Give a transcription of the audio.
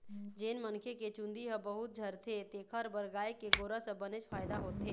जेन मनखे के चूंदी ह बहुत झरथे तेखर बर गाय के गोरस ह बनेच फायदा होथे